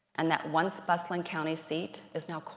and that once bustling county seat is now